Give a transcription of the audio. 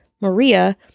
Maria